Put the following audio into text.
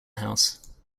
house